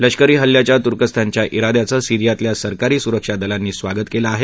लष्करी हल्ल्याच्या तुर्कस्तानच्या शिद्याचं सिरीयातल्या सरकारी सुरक्षा दलांनी स्वागत केलं आहे